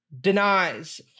denies